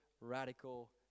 radical